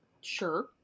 Sure